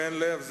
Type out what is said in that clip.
בן לב,